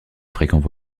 fréquents